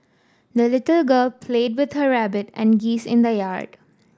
the little girl played with her rabbit and geese in the yard